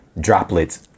droplets